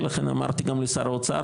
ולכן אמרתי גם לשר האוצר,